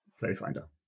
Playfinder